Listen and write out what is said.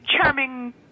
charming